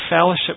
fellowship